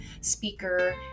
speaker